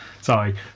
Sorry